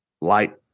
light